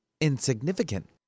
insignificant